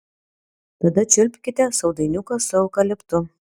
tada čiulpkite saldainiuką su eukaliptu